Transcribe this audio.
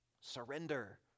Surrender